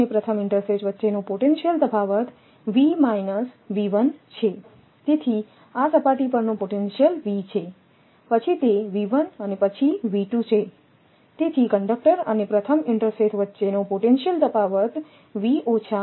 conductor અને પ્રથમ ઇન્ટરસેથ વચ્ચેનો પોટેન્શિયલ તફાવત છેતેથીઆ સપાટી પરનો પોટેન્શિયલ V છે પછી તે છેતેથી કંડક્ટર અને પ્રથમ ઇન્ટરસેથ વચ્ચેનો પોટેન્શિયલ તફાવત હશે